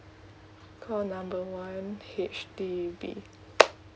call number one H_D_B